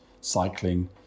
cycling